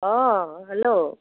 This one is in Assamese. অঁ হেল্ল'